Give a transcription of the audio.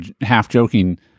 half-joking